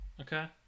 okay